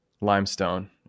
limestone